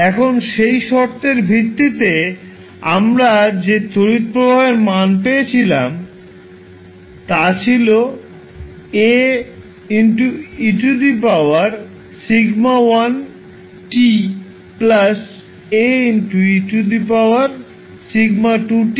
এখন সেই শর্তের ভিত্তিতে আমরা যে তড়িৎ প্রবাহের মান পেয়েছিলাম তা ছিল Aeσ1t A eσ2t